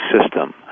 system